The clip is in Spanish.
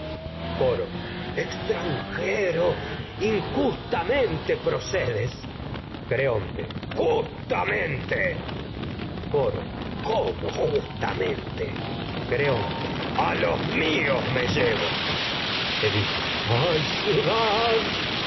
coro extranjero injustamente procedes creonte coro justamente cómo justamente creonte a los míos me llevo edipo coro to a ay ciudad